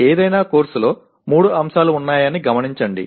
ఏదైనా కోర్సులో మూడు అంశాలు ఉన్నాయని గమనించండి